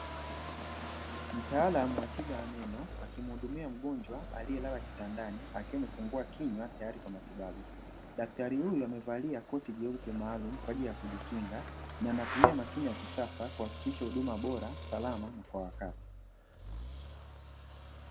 Mtaalamu wa tiba ya meno akimhudumia mgonjwa aliyelala kitandani akiwa amefungua kinywa tayari kwa matibabu, daktari huyu amevalia koti jeupe maalumu kwaajili ya kujikinga, na anatumia mashine ya kisasa kuhakikisha huduma bora, salama na kwa wakati.